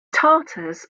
tatars